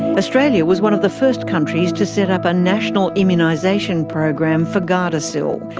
australia was one of the first countries to set up a national immunisation program for gardasil,